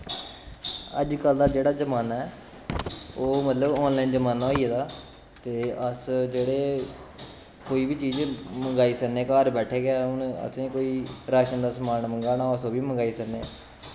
अज्जकल दा जेह्ड़ा जमान्ना ऐ ओह् मतलब आनलाइन जमान्ना होई गेदा ऐ ते अस जेह्ड़े कोई बी चीज मंगाई सकने घर बैठे गै हून असें कोई राशन दा समान गै मंगाना होऐ अस ओह् बी मंगाई सकने